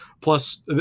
Plus